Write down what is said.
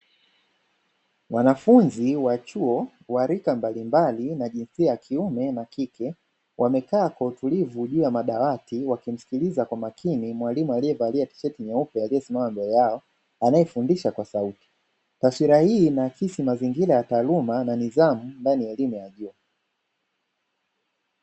Wanafunzi wa chuo wa rika mbalimbali na jinsia ya kiume na kike, wamekaa kwa utulivu juu ya madawati wakimsikiliza kwa makini mwalimu aliyevalia tisheti nyeupe aliyesimama mbele yao anayefundisha kwa sauti, taswira hii inaakisi mazingira ya taaluma na nidhamu ndani ya elimu ya juu.